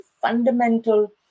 fundamental